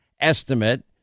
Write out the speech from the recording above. estimate